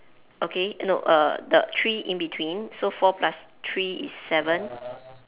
okay no err the three in between so four plus three is seven